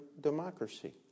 democracy